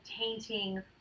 tainting